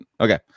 okay